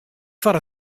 foar